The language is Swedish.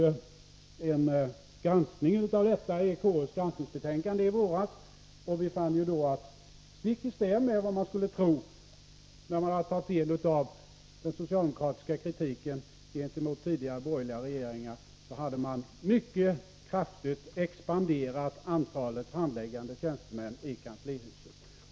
ju en granskning av detta i konstitutionsutskottets granskningsbetänkande i våras, och vi fann då att stick i stäv mot vad man skulle kunna tro, när man tagit del av den socialdemokratiska kritiken mot tidigare borgerliga regeringar, så hade antalet handläggande tjänstemän i kanslihuset expanderat mycket kraftigt.